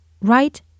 right